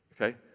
okay